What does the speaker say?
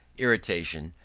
irritation,